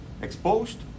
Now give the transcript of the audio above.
exposed